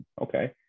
okay